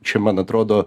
čia man atrodo